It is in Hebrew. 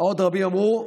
עוד רבים אמרו: